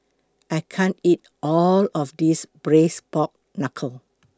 I can't eat All of This Braised Pork Knuckle